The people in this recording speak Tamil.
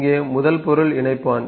இங்கே முதல் பொருள் இணைப்பான்